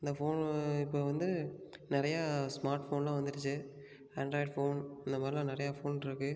அந்த ஃபோன் இப்போ வந்து நிறையா ஸ்மார்ட் ஃபோன்னெலாம் வந்துடுச்சு ஆண்ட்ராய்ட் ஃபோன் இந்த மாதிரிலாம் நிறையா ஃபோனிருக்கு